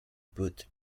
put